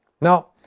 now